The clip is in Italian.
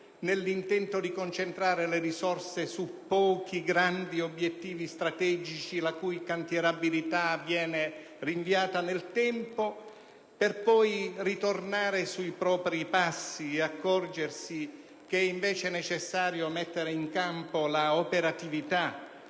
nell'intento di concentrare le risorse su pochi grandi obiettivi strategici, la cui cantierabilità viene rinviata nel tempo per poi ritornare sui propri passi e accorgersi che invece è necessario mettere in campo l'operatività